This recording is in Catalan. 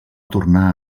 tornar